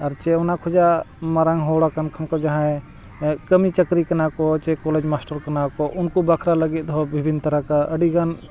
ᱟᱨ ᱪᱮᱫ ᱚᱱᱟ ᱠᱷᱚᱱᱟᱜ ᱢᱟᱨᱟᱝ ᱦᱚᱲ ᱟᱠᱟᱱ ᱠᱷᱚᱱ ᱠᱚ ᱡᱟᱦᱟᱭ ᱠᱟᱹᱢᱤ ᱪᱟᱹᱠᱨᱤ ᱠᱟᱱᱟ ᱠᱚ ᱪᱮ ᱠᱚᱞᱮᱡᱽ ᱢᱟᱥᱴᱟᱨ ᱠᱟᱱᱟ ᱠᱚ ᱩᱱᱠᱩ ᱵᱟᱠᱷᱨᱟ ᱞᱟᱹᱜᱤᱫ ᱦᱚᱸ ᱵᱤᱵᱷᱤᱱᱱᱚ ᱛᱟᱨᱟᱠᱟ ᱟᱹᱰᱤᱜᱟᱱ